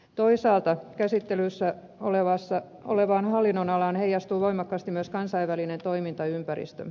toisaalta käsittelyssä olevaan hallinnonalaan heijastuu voimakkaasti myös kansainvälinen toimintaympäristö